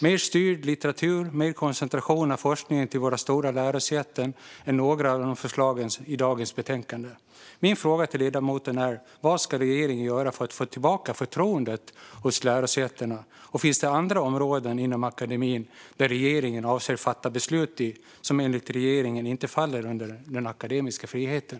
Mer styrd litteratur och ökad koncentration av forskningen till våra stora lärosäten är några av förslagen i dagens betänkande. Mina frågor till ledamoten är: Vad ska regeringen göra för att få tillbaka lärosätenas förtroende? Och finns det andra områden inom akademin där regeringen avser att fatta beslut som enligt regeringen inte faller under den akademiska friheten?